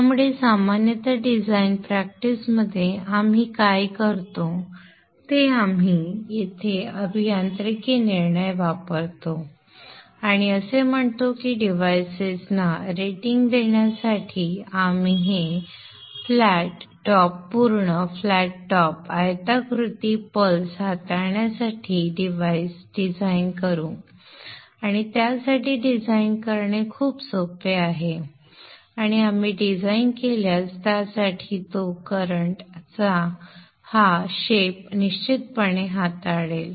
त्यामुळे सामान्यत डिझाइन प्रॅक्टिसमध्ये आपण काय करतो ते आम्ही येथे अभियांत्रिकी निर्णय वापरतो आणि असे म्हणतो की डिव्हाइसेसना रेटिंग देण्यासाठी आपण हे फ्लॅट टॉप पूर्ण फ्लॅट टॉप आयताकृती पल्स हाताळण्यासाठी डिव्हाइस डिझाइन करू आणि त्यासाठी डिझाइन करणे खूप सोपे आहे आणि आपण डिझाइन केल्यास त्यासाठी तो करंट चा हा आकार निश्चितपणे हाताळेल